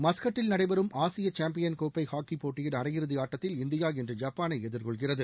மஸ்கட்டில் நடைபெறும் ஆசிய சாம்பியன் கோப்பை ஹாக்கிப் போட்டியில் அரையிறுதி ஆட்டத்தில் இந்தியா இன்று ஜப்பானை எதிர்கொள்கிறது